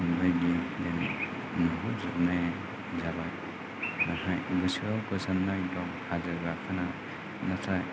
बायदि मोनो नुहुरजोबनाय जाबाय नाथाय गोसोआव गोजोननाय दं हाजो गाखोना नाथाय